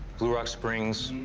blue rock springs.